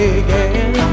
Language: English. again